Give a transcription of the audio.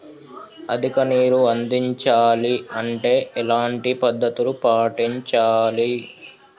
అధిక నీరు అందించాలి అంటే ఎలాంటి పద్ధతులు పాటించాలి?